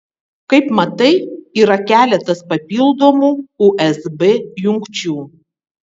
kaip matai yra keletas papildomų usb jungčių